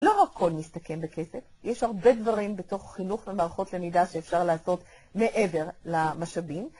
לא הכל מסתכם בכסף, יש הרבה דברים בתוך חינוך ומערכות למידה שאפשר לעשות מעבר למשאבים.